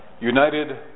united